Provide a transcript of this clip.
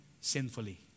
sinfully